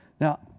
Now